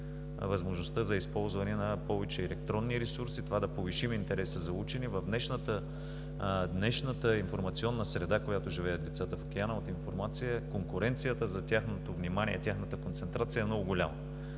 възможността за използване на повече електронни ресурси, да повишим интереса за учене. В днешната информационна среда, в която живеят децата, в океана от информация, конкуренцията за тяхното внимание и тяхната концентрация е много голяма.